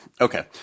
Okay